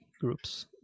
groups